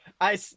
I-